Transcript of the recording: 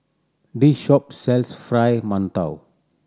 this shop sells Fried Mantou